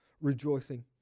rejoicing